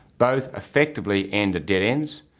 both effectively end at dead ends.